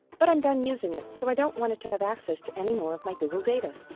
but i'm done using it so i don't want it to have access to anymore of my google data.